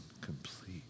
complete